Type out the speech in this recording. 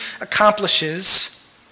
accomplishes